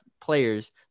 players